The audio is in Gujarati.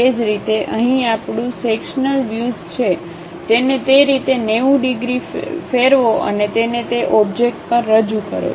એ જ રીતે અહીં આપણું સેક્શન્લ વ્યુઝ છે તેને તે રીતે 90 ડિગ્રી ફેરવો અને તેને તે ઓબ્જેક્ટ પર રજૂ કરો